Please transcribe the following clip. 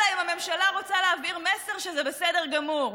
אלא אם כן הממשלה רוצה להעביר מסר שזה בסדר גמור,